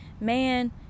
man